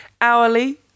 hourly